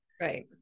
right